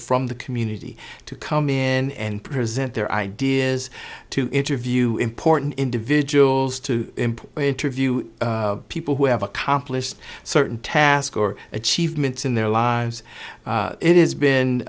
from the community to come in and present their ideas to interview important individuals to interview people who have accomplished certain task or achievements in their lives it has been